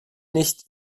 nicht